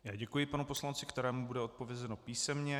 Já děkuji panu poslanci, kterému bude odpovězeno písemně.